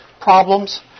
problems